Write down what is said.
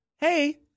Hey